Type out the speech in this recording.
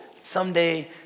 someday